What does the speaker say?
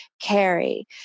carry